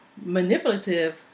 manipulative